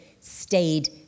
stayed